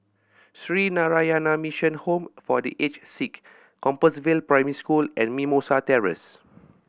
Sree Narayana Mission Home for The Aged Sick Compassvale Primary School and Mimosa Terrace